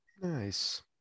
nice